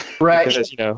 Right